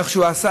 איך שהוא עשה,